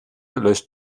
löscht